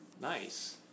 Nice